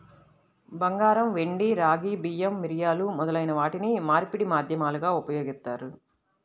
బంగారం, వెండి, రాగి, బియ్యం, మిరియాలు మొదలైన వాటిని మార్పిడి మాధ్యమాలుగా ఉపయోగిత్తారు